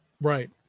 Right